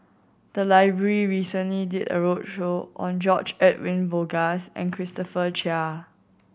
the library recently did a roadshow on George Edwin Bogaars and Christopher Chia